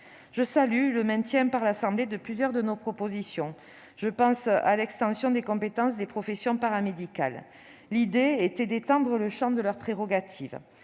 Je salue le maintien par l'Assemblée nationale de plusieurs de nos propositions. Je pense notamment à l'extension des compétences des professions paramédicales : l'idée était d'étendre le champ de leurs prérogatives.